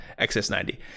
XS90